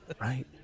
Right